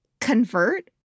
convert